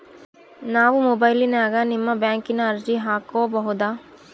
ನಾವು ಮೊಬೈಲಿನ್ಯಾಗ ನಿಮ್ಮ ಬ್ಯಾಂಕಿನ ಅರ್ಜಿ ಹಾಕೊಬಹುದಾ?